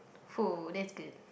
that's good